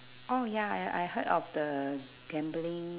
oh ya I I heard of the gambling